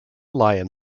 lyon